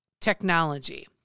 technology